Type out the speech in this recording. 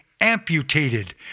amputated